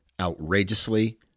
outrageously